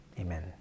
amen